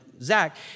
Zach